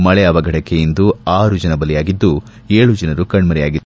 ಮಳೆ ಅವಘಡಕ್ಕೆ ಇಂದು ಆರು ಜನ ಬಲಿಯಾಗಿದ್ದು ಏಳು ಜನರು ಕಣ್ನರೆಯಾಗಿದ್ದಾರೆ